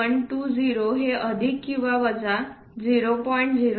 120 हे अधिक किंवा वजा 0